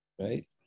Right